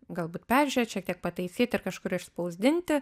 galbūt peržiūrėt šiek tiek pataisyt ir kažkur išspausdinti